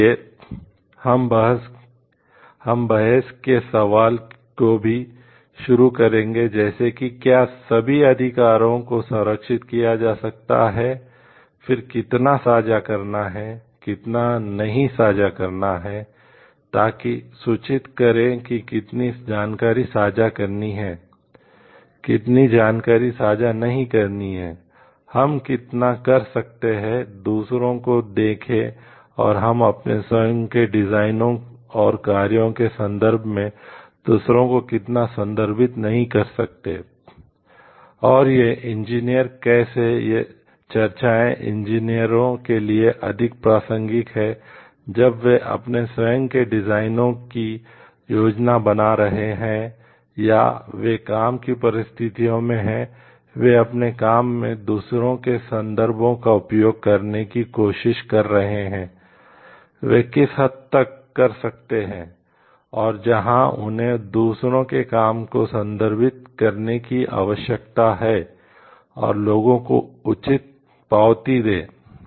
इसलिए हम बहस के सवाल को भी शुरू करेंगे जैसे कि क्या सभी अधिकारों को संरक्षित किया जा सकता है फिर कितना साझा करना है कितना नहीं साझा करना है ताकि सूचित करें कि कितनी जानकारी साझा करनी है कितनी जानकारी साझा नहीं करनी है हम कितना कर सकते हैं दूसरों को देखें और हम अपने स्वयं के डिजाइनों की योजना बना रहे हैं या वे काम की परिस्थितियों में हैं वे अपने काम में दूसरों के संदर्भों का उपयोग करने की कोशिश कर रहे हैं वे किस हद तक कर सकते हैं और जहां उन्हें दूसरों के काम को संदर्भित करने की आवश्यकता है और लोगों को उचित पावती दें